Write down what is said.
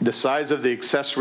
the size of the excess